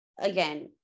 again